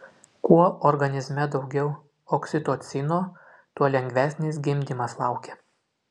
kuo organizme daugiau oksitocino tuo lengvesnis gimdymas laukia